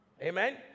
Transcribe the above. Amen